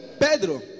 Pedro